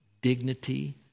dignity